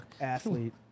athlete